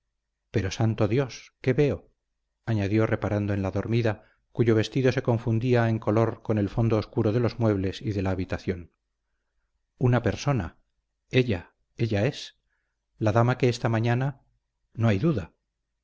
pero santo dios qué veo añadió reparando en la dormida cuyo vestido se confundía en color con el fondo oscuro de los muebles y de la habitación una persona ella ella es la dama que esta mañana no hay duda